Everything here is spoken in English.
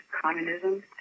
communism